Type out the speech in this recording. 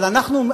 אבל אנחנו,